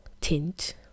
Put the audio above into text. tint